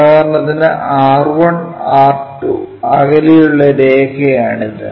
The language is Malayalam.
ഉദാഹരണത്തിന് R 1 R 2 അകലെയുള്ള രേഖയാണിത്